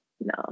No